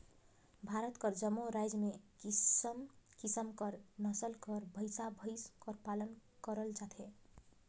भारत कर जम्मो राएज में किसिम किसिम कर नसल कर भंइसा भंइस कर पालन करल जाथे